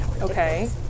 Okay